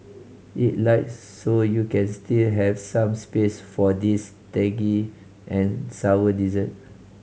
eat light so you can still have some space for this tangy and sour dessert